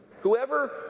whoever